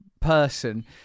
person